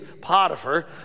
Potiphar